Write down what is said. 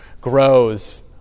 Grows